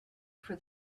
for